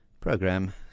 Program